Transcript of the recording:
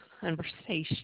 conversation